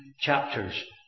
chapters